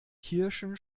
kirschen